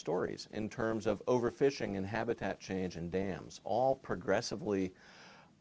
stories in terms of overfishing and habitat change and dams all progressively